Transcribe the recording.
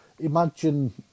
Imagine